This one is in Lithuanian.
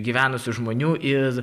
gyvenusių žmonių ir